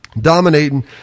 dominating